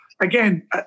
again